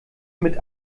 mit